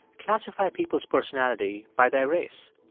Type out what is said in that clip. classify people's personality by their race.